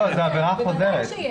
לא, זה עבירה חוזרת.